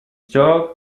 dog